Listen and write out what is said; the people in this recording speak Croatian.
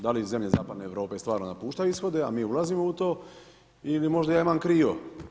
Da li zemlje Zapadne Europe stvarno napuštaju ishod, a mi ulazimo u to, ili možda ja imam krivo?